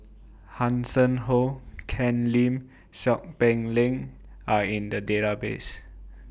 Hanson Ho Ken Lim Seow Peck Leng Are in The Database